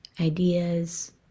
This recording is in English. ideas